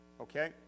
Okay